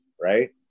Right